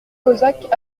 cosaques